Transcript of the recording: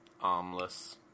armless